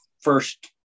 first